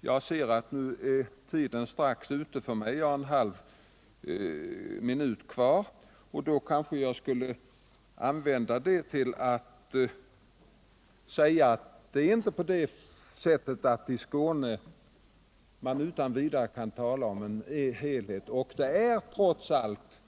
Jag ser att tiden strax är ute för mig — jag har en halv minut kvar. Då skulle jag kanske använda den till att säga att man inte utan vidare kan tala om en helhet när det gäller Skåne. Det är trots allt